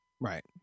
right